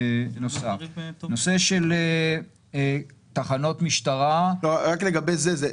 נושא של תחנות משטרה --- רק לגבי זה,